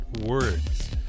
words